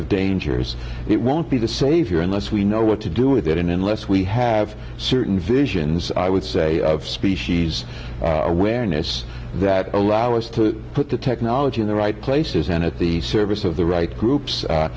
of dangers it won't be the savior unless we know what to do with it and unless we have certain visions i would say species awareness that allow us to put the technology in the right places and at the service of the right groups